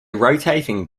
rotating